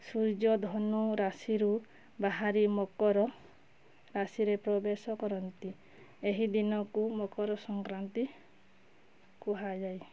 ସୂର୍ଯ୍ୟ ଧନୁ ରାଶିରୁ ବାହାରି ମକର ରାଶିରେ ପ୍ରବେଶ କରନ୍ତି ଏହି ଦିନକୁ ମକର ସଂକ୍ରାନ୍ତି କୁହାଯାଏ